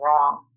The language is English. wrong